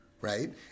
right